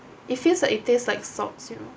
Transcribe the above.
it feels like it taste like socks you know